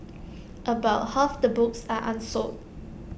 about half the books are unsold